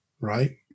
right